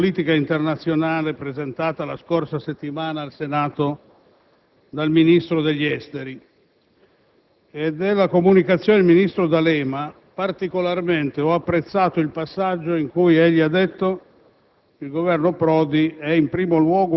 hanno apprezzato la linea di politica internazionale presentata la scorsa settimana al Senato dal Ministro degli esteri e della comunicazione del ministro D'Alema particolarmente ho apprezzato il passaggio in cui egli ha detto: